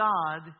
God